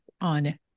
on